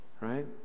Right